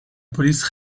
police